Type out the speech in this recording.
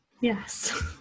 Yes